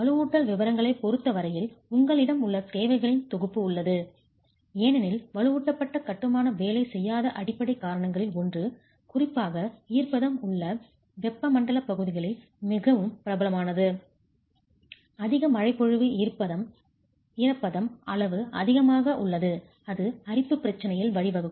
வலுவூட்டல் விவரங்களைப் பொறுத்த வரையில் உங்களிடம் உள்ள தேவைகளின் தொகுப்பு உள்ளது ஏனெனில் வலுவூட்டப்பட்ட கட்டுமான வேலை செய்யாத அடிப்படைக் காரணங்களில் ஒன்று குறிப்பாக ஈரப்பதம் உள்ள வெப்பமண்டல பகுதிகளில் மிகவும் பிரபலமானது அதிக மழைப்பொழிவு ஈரப்பதம் அளவு அதிகமாக உள்ளது அது அரிப்பு பிரச்சனையில் வழி வகுக்கும்